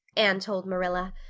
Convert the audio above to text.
anne told marilla,